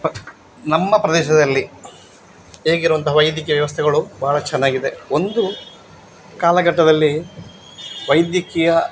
ಪ ನಮ್ಮ ಪ್ರದೇಶದಲ್ಲಿ ಈಗಿರುವಂತಹ ವೈದ್ಯಕೀಯ ವ್ಯವಸ್ಥೆಗಳು ಭಾಳ ಚೆನ್ನಾಗಿದೆ ಒಂದು ಕಾಲಘಟ್ಟದಲ್ಲಿ ವೈದ್ಯಕೀಯ